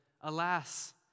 Alas